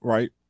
Right